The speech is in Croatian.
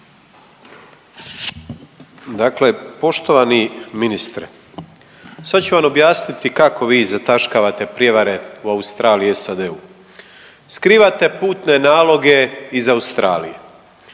Dakle, poštovani ministre sad ću vam objasniti kako vi zataškavate prijevare u Australiji i SAD-u. Skrivate putne naloge iz Australije,